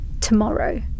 tomorrow